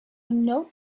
note